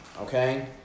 okay